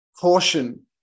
caution